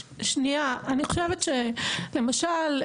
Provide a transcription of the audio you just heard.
למשל,